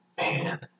Man